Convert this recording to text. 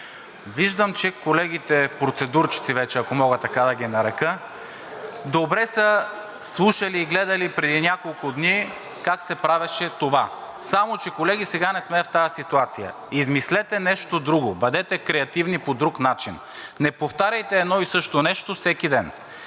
Виждам, че колегите, процедурчици, ако вече мога така да ги нарека, добре са слушали и гледали преди няколко дни как се правеше това. Само че, колеги, сега не сме в тази ситуация, измислете нещо друго, бъдете креативни по друг начин, не повтаряйте едно и също нещо всеки ден.